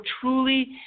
truly